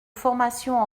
formation